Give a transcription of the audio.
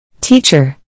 Teacher